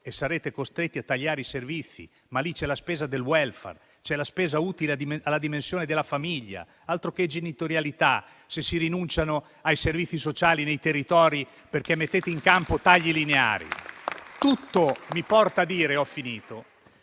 e sarete costretti a tagliare i servizi, ma lì c'è la spesa del *welfare*, c'è la spesa utile alla dimensione della famiglia. Altro che genitorialità, se si rinuncia ai servizi sociali nei territori, perché mettete in campo tagli lineari. Tutto mi porta a dire che, nel